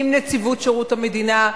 עם נציבות שירות המדינה,